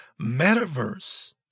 metaverse